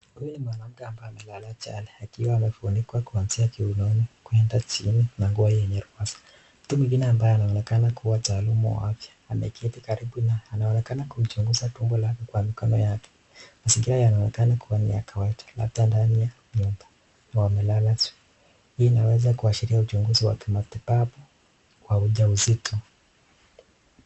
Huyu ni mwanamke ambaye amelala chali akiwa amefunikwa kuanzia kiunoni kwenda chini na nguo yenye wazi, mtu mwingine ambaye anaonekana kuwa mtaalamu wa afya ameketi karibu naye, anaonekana kumchunguza tumbo lake kwa mikono yake. Mazingira yanaonekana kuwa ni ya kawaida labda ndani ya nyumba na wamelala, hii inaweza kuashiria uchunguzi wa kimatibabu wa uja uzito.